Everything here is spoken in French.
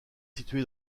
située